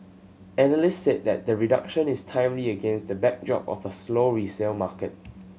analysts said that the reduction is timely against the backdrop of a slow resale market